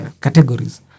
categories